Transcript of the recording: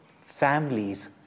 families